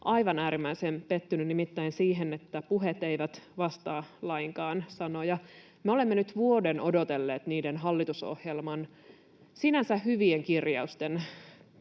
aivan äärimmäisen pettynyt, nimittäin siihen, että puheet eivät vastaa lainkaan sanoja. Me olemme nyt vuoden odotelleet niiden hallitusohjelman sinänsä hyvien kirjausten